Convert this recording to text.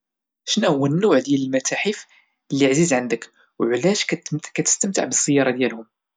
شناهوا النوع ديال المتاحف اللي عزيز عندك وعلاش كتستمتع بالزيارة ديالهم؟